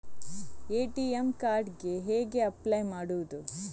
ATM card ಗೆ ಹೇಗೆ apply ಮಾಡುವುದು?